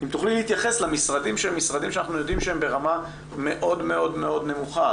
אם תוכלי להתייחס למשרדים שאנחנו יודעים שהם ברמה מאוד מאוד נמוכה,